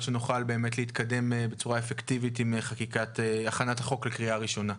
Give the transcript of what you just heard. שנוכל להתקדם בצורה אפקטיבית עם הכנת החוק לקריאה ראשונה.